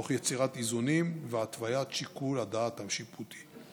תוך יצירת איזונים והתוויית שיקול הדעת השיפוטי.